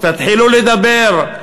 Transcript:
תתחילו לדבר,